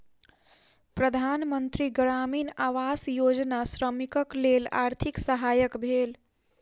प्रधान मंत्री ग्रामीण आवास योजना श्रमिकक लेल आर्थिक सहायक भेल